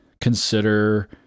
consider